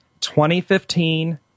2015